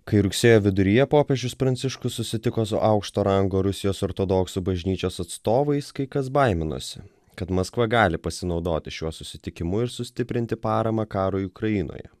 kai rugsėjo viduryje popiežius pranciškus susitiko su aukšto rango rusijos ortodoksų bažnyčios atstovais kai kas baiminasi kad maskva gali pasinaudoti šiuo susitikimu ir sustiprinti paramą karui ukrainoje